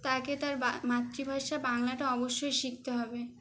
তাকে তার বা মাতৃভাষা বাংলাটা অবশ্যই শিখতে হবে